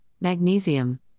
magnesium